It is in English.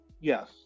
Yes